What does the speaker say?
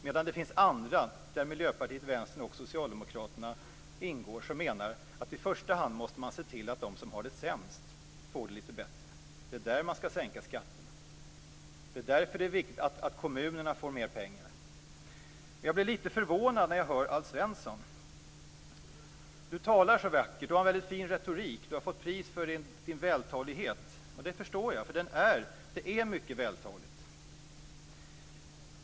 Men det finns andra - där Miljöpartiet, Vänstern och Socialdemokraterna ingår - som menar att det är i första hand de som har det sämst som måste få det lite bättre. Det är där skatterna skall sänkas. Det är därför det är viktigt att kommunerna får mer pengar. Jag blir lite förvånad över att höra Alf Svensson. Han talar vackert och har en fin retorik. Han har fått pris för sin vältalighet. Det förstår jag. Han är vältalig.